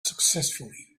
successfully